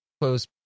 close